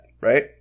right